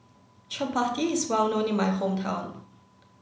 Chapati is well known in my hometown